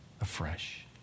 afresh